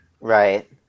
Right